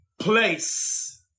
place